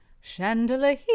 Chandelier